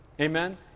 Amen